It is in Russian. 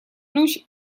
ключ